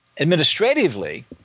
administratively